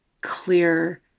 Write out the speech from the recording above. clear